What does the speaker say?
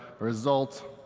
result,